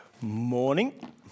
Morning